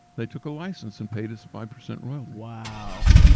they took a license and paid us a five percent royalty. wow.